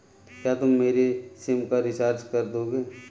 क्या तुम मेरी सिम का रिचार्ज कर दोगे?